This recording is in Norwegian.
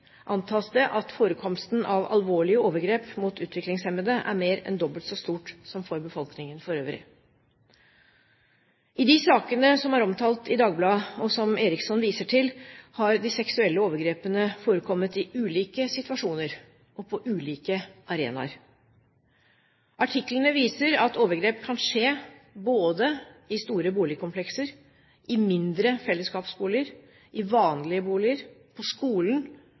antas det at forekomsten av alvorlige overgrep mot utviklingshemmede er mer enn dobbelt så stor som for befolkningen for øvrig. I de sakene som er omtalt i Dagbladet, og som Eriksson viser til, har de seksuelle overgrepene forekommet i ulike situasjoner og på ulike arenaer. Artiklene viser at overgrep kan skje både i store boligkomplekser, i mindre fellesskapsboliger, i vanlige boliger, på skolen